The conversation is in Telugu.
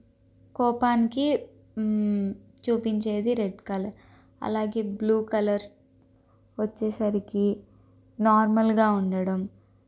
కోపానికి చూపించేది రెడ్ కలర్ అలాగే బ్లూ కలర్ వచ్చేసరికి నార్మల్గా ఉండడం